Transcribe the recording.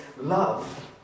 love